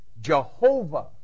Jehovah